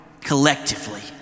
collectively